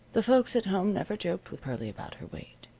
the folks at home never joked with pearlie about her weight.